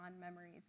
memories